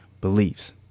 beliefs